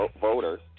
voters